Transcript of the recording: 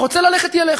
הרוצה ללכת, ילך.